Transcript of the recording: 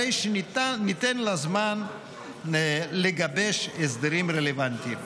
הרי שניתן לה זמן לגבש הסדרים רלוונטיים.